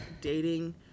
dating